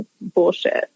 bullshit